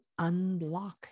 unblock